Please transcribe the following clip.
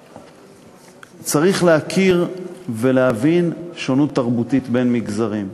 צריך להכיר ולהבין שונות תרבותית בין מגזרים.